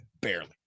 barely